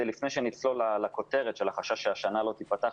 לפני שנצלול לכותרת של החשש שהשנה לא תיפתח,